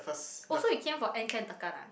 oh so you came for end camp tekan ah